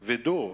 וידוא.